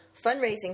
fundraising